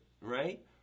right